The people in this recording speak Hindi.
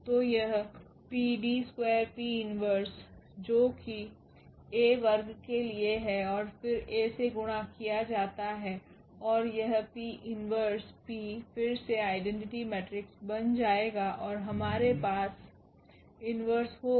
तो यह PD2𝑃 1 जो कि A वर्ग के लिए है और फिर A से गुणा किया जाता है और यह P इन्वर्स P फिर से आइडेंटिटी मेट्रिक्स बन जाएगा और हमारे पास PDQP इन्वर्स होगा